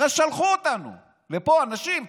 הרי שלחו אותנו לפה אנשים,